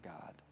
God